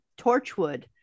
Torchwood